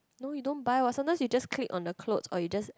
no you don't buy what sometimes you just click on the clothes or you just